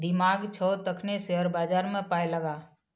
दिमाग छौ तखने शेयर बजारमे पाय लगा